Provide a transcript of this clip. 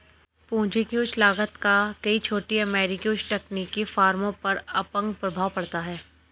पूंजी की उच्च लागत का कई छोटी अमेरिकी उच्च तकनीकी फर्मों पर अपंग प्रभाव पड़ता है